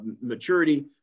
maturity